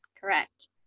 Correct